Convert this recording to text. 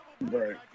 Right